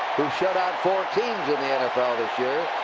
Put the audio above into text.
who shut out four teams in the nfl this year.